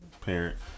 parent